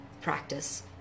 practice